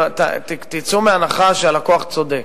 תצאו מהנחה שהלקוח צודק.